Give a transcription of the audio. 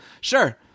sure